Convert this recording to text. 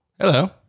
hello